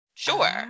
Sure